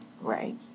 Right